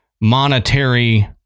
monetary